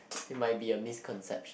it might be a misconception